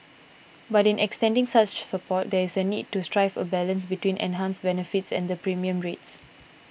but in extending such support there is a need to strike a balance between enhanced benefits and the premium rates